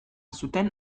zuten